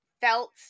felt